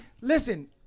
listen